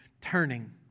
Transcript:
turning